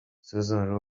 susan